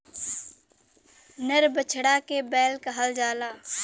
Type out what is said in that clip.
नर बछड़ा के बैल कहल जाला